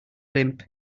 limp